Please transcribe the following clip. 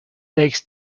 takes